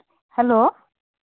hello